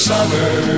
Summer